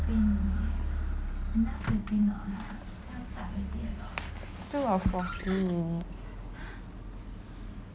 still got forty minutes